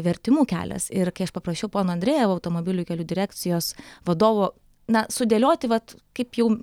vertimų kelias ir kai aš paprašiau pono andrejevo automobilių kelių direkcijos vadovo na sudėlioti vat kaip jau